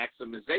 Maximization